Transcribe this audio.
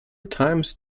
times